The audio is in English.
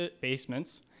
basements